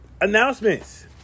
Announcements